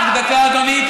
רק דקה, אדוני.